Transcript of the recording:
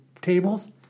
tables